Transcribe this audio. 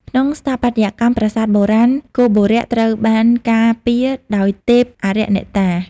ក្នុងស្ថាបត្យកម្មប្រាសាទបុរាណ គោបុរៈ ត្រូវបានការពារដោយទេព្តាអារក្សអ្នកតា។